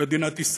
מדינת ישראל.